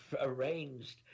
arranged